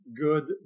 good